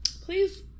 please